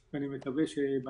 שתדע,